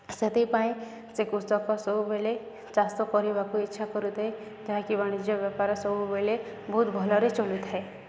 ସେଥିପାଇଁ ସେ କୃଷକ ସବୁବେଳେ ଚାଷ କରିବାକୁ ଇଚ୍ଛା କରୁଥାଏ ଯାହାକି ବାଣିଜ୍ୟ ବେପାର ସବୁବେଳେ ବହୁତ ଭଲରେ ଚଳୁଥାଏ